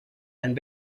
and